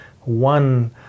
one